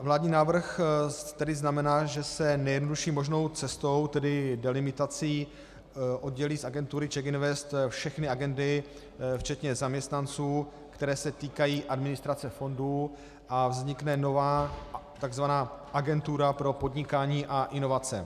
Vládní návrh tedy znamená, že se nejjednodušší možnou cestou, tedy delimitací, oddělí z agentury CzechInvest všechny agendy, včetně zaměstnanců, které se týkají administrace fondů, a vznikne nová tzv. Agentura pro podnikání a inovace.